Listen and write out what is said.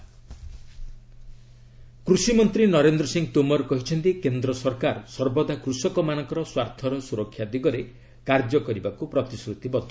ଗଭ୍ discussion କୃଷିମନ୍ତ୍ରୀ ନରେନ୍ଦ୍ର ସିଂ ତୋମର କହିଛନ୍ତି କେନ୍ଦ୍ର ସରକାର ସର୍ବଦା କୃଷକମାନଙ୍କର ସ୍ୱାର୍ଥର ସୁରକ୍ଷା ଦିଗରେ କାର୍ଯ୍ୟ କରିବାକୁ ପ୍ରତିଶ୍ରତିବଦ୍ଧ